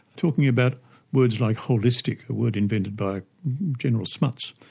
talking about words like holistic, a word invented by general smuts,